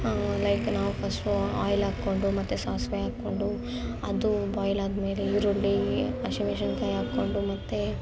like ನಾವು first oil ಹಾಕ್ಕೊಂಡು ಮತ್ತೆ ಸಾಸಿವೆ ಹಾಕ್ಕೊಂಡು ಅದು ಬಾಯ್ಲ್ ಆದಮೇಲೆ ಈರುಳ್ಳಿ ಹಸಿಮೆಣ್ಸಿನ್ಕಾಯಿ ಹಾಕೊಂಡು ಮತ್ತೆ